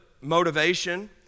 motivation